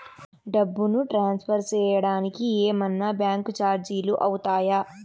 డబ్బును ట్రాన్స్ఫర్ సేయడానికి ఏమన్నా బ్యాంకు చార్జీలు అవుతాయా?